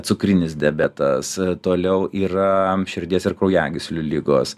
cukrinis diabetas toliau yra širdies ir kraujagyslių ligos